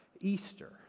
Easter